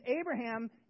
Abraham